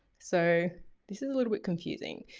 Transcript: so this is a little bit confusing.